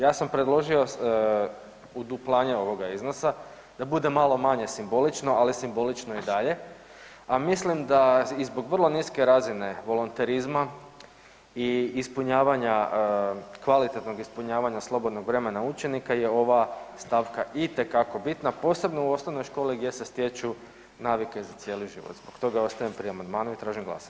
Ja sam predložio uduplanje ovoga iznosa, da bude malo manje simbolično, ali je simbolično i dalje, a mislim i da zbog vrlo niske razine volonterizma i ispunjavanja kvalitetnog ispunjavanja slobodnog vremena učenika je ovaj stavka itekako bitna, posebno u osnovnoj školi gdje se stječu navike za cijeli život, zbog toga ostajem pri amandmanu i tražim glasanje.